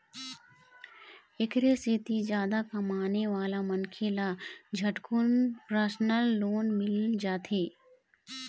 एखरे सेती जादा कमाने वाला मनखे ल झटकुन परसनल लोन मिल जाथे